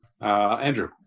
Andrew